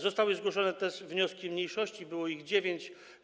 Zostały zgłoszone też wnioski mniejszości, było ich dziewięć.